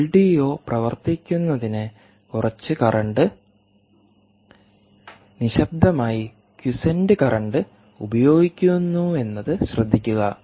LDO പ്രവർത്തിക്കുന്നതിന് കുറച്ച് current നിശബ്ദമായി ക്വിസ്ന്റ് കറന്റ് ഉപയോഗിക്കുന്നുവെന്നത് ശ്രദ്ധിക്കുക